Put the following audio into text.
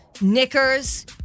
knickers